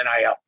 NIL